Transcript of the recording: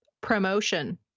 Promotion